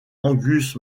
angus